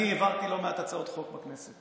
אני העברתי לא מעט הצעות חוק בכנסת,